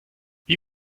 wie